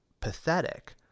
pathetic